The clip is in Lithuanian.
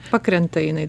pakrenta jinai